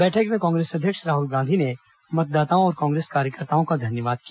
बैठक में कांग्रेस अध्यक्ष राहुल गांधी ने मतदाताओं और कांग्रेस कार्यकर्ताओं का धन्यवाद किया